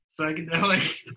Psychedelic